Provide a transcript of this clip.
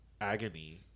agony